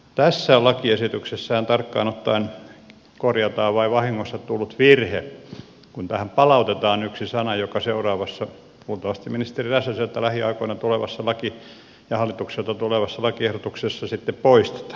tässä lakiesityksessähän tarkkaan ottaen korjataan vain vahingossa tullut virhe kun tähän palautetaan yksi sana joka seuraavassa luultavasti ministeri räsäseltä ja hallitukselta lähiaikoina tulevassa lakiehdotuksessa sitten poistetaan